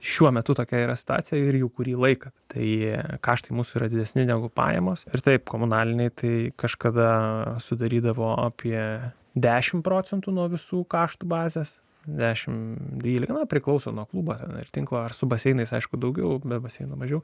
šiuo metu tokia yra stacija ir jau kurį laiką tai jie karštai mūsų yra didesni negu pajamos ir taip komunaliniai tai kažkada sudarydavo apie dešimt procentų nuo visų kašto bazės dešimt dvylika na priklauso nuo klubo ir tinklo ar su baseinais aišku daugiau be baseino mažiau